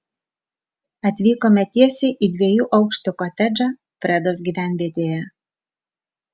atvykome tiesiai į dviejų aukštų kotedžą fredos gyvenvietėje